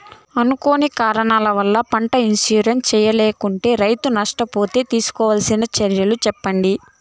అనుకోని కారణాల వల్ల, పంట ఇన్సూరెన్సు చేయించలేకుంటే, రైతు నష్ట పోతే తీసుకోవాల్సిన చర్యలు సెప్పండి?